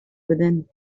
within